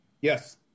Yes